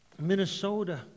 Minnesota